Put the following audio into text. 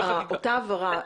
אותה העברה,